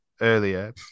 earlier